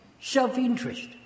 self-interest